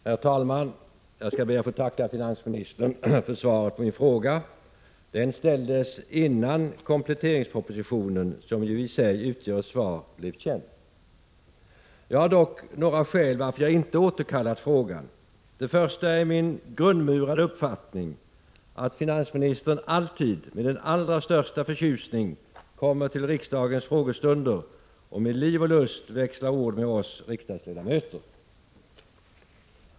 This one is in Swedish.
Herr talman! Jag skall be att få tacka finansministern för svaret på min fråga. Den ställdes innan kompletteringspropositionen, som i sig utgör svar, blev känd. Jag har dock några skäl till att jag inte har återkallat frågan. Det första skälet är min grundmurade uppfattning att finansministern alltid med den allra största förtjusning kommer till riksdagens frågestunder och med liv och lust växlar ord med oss riksdagsledamöter.